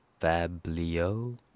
fablio